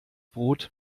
brot